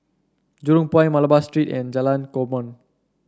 Jurong Point Malabar Street and Jalan Korban